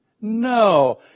No